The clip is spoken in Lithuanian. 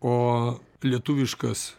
o lietuviškas